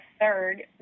third